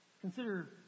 consider